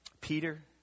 Peter